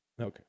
Okay